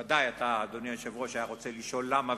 ודאי אדוני היושב-ראש היה רוצה לשאול למה,